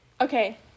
Okay